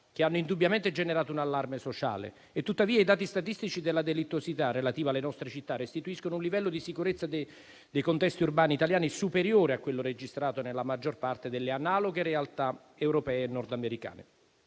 che hanno indubbiamente generato un allarme sociale, tuttavia i dati statistici della delittuosità relativa alle nostre città restituiscono un livello di sicurezza dei contesti urbani italiani superiore a quello registrato nella maggior parte delle analoghe realtà europee e nordamericane.